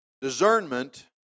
discernment